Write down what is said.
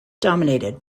dominated